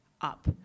up